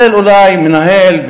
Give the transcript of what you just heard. אולי מנהל,